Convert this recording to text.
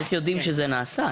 איך יודעים שזה נעשה,